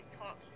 talk